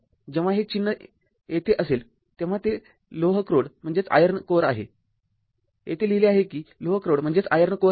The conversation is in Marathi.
जेव्हा हे चिन्ह येथे असते तेव्हा ते लोह क्रोड आहे येथे लिहिले आहे कि लोह क्रोड आहे